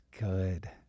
good